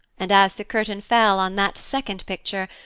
and, as the curtain fell on that second picture,